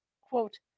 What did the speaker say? Quote